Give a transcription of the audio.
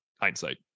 hindsight